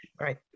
Right